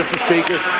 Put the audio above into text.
speaker.